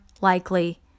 likely